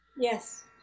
Yes